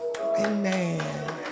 Amen